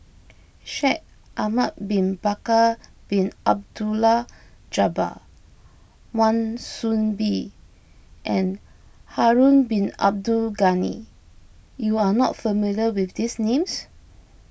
Shaikh Ahmad Bin Bakar Bin Abdullah Jabbar Wan Soon Bee and Harun Bin Abdul Ghani you are not familiar with these names